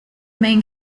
main